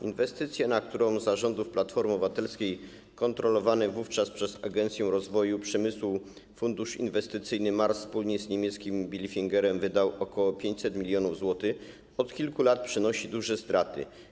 Inwestycja, na którą za rządów Platformy Obywatelskiej kontrolowany wówczas przez Agencję Rozwoju Przemysłu fundusz inwestycyjny MARS wspólnie z niemieckim Bilfingerem wydał ok. 500 mln zł, od kilku lat przynosi duże straty.